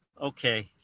okay